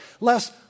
less